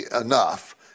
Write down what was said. enough